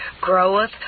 groweth